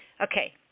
Okay